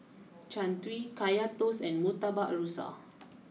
Jian Dui Kaya Toast and Murtabak Rusa